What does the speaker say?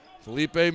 Felipe